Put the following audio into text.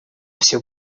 все